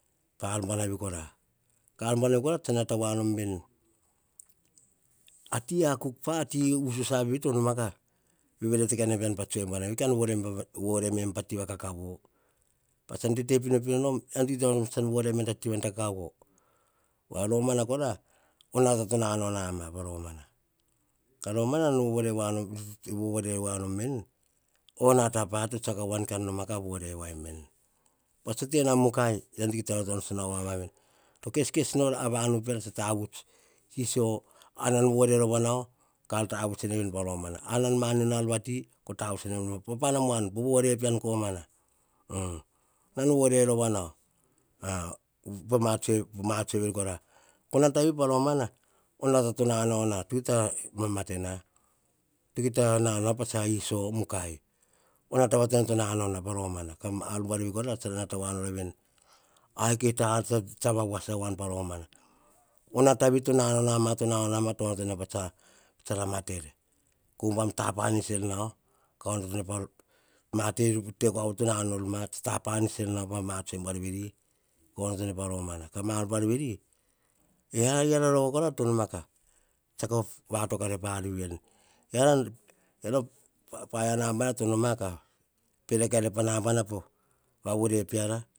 Ka ar buanavi kora, ka ar bunavi kora, nata wa nom veni, a ti akuk pa a ti usus avi to ma ka vevete kae peam tsue buanavi, kan vore me, em pa ti kakavo. Patsan tete pinopino nom, eyian tsan kita vore me nom ta ti va kakavo. Pa romana kora, o nata to na nau na ma, pa romana no vovore wa nom ven o nata pa to tsiak kawan ka vore wa nom veni. A mukai, yian to kita naovoama veni to keskes nor a vanu peara tsa tavuts sisio vore rova nau ka ar tavuts ven pa romana, ar manin a ar vati ko tavuts ene pa romana. Nan vore rova nau, pa ma tsue veri kore ko nata vi pa romana, o nata to nanao na, kita ma mate na, kita na nau patsa iso mukai, o nata to na nau na ma pa romana, bua na vi kora, ikai ta ar tsa wa wasa wan pa romana, onata vi to na nau na ma, na nau na ma tso onoto na tsa ra mater. Ko umbam ta panis er nau, ka onoto po te kua vori ta panis er nau pa ma tsue buar veri ka onoto pa romana. Ka mar buar veri eyiara rova kora to noma tsiako vatoka pa ar vi. Eyiara paia nambana to no ma ka perere po vore peara.